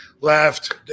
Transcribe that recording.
left